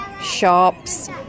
shops